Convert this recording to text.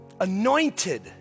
anointed